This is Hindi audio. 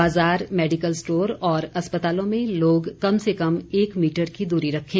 बाजार मेडिकल स्टोर और अस्पतालों में लोग कम से कम एक मीटर की दूरी रखें